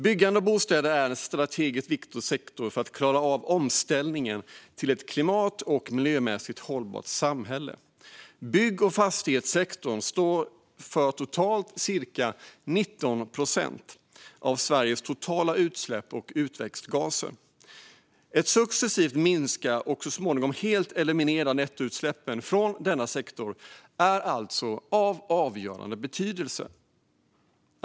Byggande och bostäder är en strategiskt viktig sektor när det gäller att klara av omställningen till ett klimat och miljömässigt hållbart samhälle. Bygg och fastighetssektorn står för totalt cirka 19 procent av Sveriges totala utsläpp av växthusgaser. Att successivt minska och så småningom helt eliminera nettoutsläppen från denna sektor är alltså av avgörande betydelse.